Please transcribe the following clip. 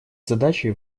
задачи